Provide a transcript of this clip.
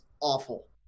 awful